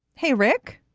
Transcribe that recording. hey, rick.